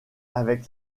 avec